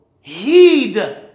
heed